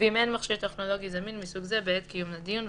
ואם אין מכשיר טכנולוגי זמין מסוג זה בעת קיום הדיון,